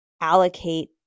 allocate